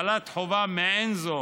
הטלת חובה מעין זו,